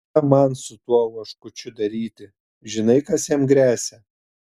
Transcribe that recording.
ką man su tuo oškučiu daryti žinai kas jam gresia